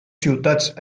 ciutats